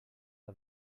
the